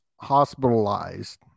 hospitalized